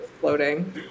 floating